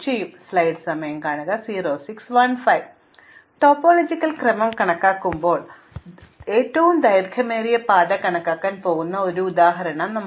അതിനാൽ ടോപ്പോളജിക്കൽ ക്രമം കണക്കാക്കുമ്പോൾ ഏറ്റവും ദൈർഘ്യമേറിയ പാത കണക്കാക്കാൻ പോകുന്ന ഒരു ഉദാഹരണം ഇതാ